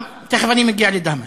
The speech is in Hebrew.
תכף אני מגיע לדהמש.